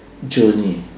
journey